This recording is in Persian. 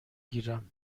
گیرم